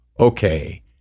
okay